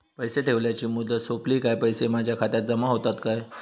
पैसे ठेवल्याची मुदत सोपली काय पैसे माझ्या खात्यात जमा होतात काय?